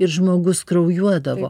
ir žmogus kraujuodavo